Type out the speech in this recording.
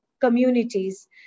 communities